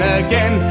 again